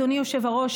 אדוני היושב-ראש,